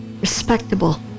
respectable